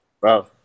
Bro